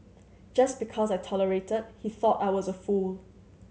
just because I tolerated he thought I was a fool